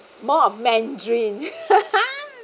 more of mandarin